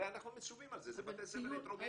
הרי אנחנו מצווים על זה, אלה בתי ספר הטרוגניים.